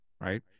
right